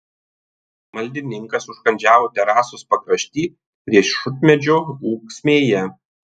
maldininkas užkandžiavo terasos pakrašty riešutmedžio ūksmėje